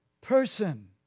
person